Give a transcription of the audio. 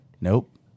Nope